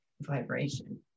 vibration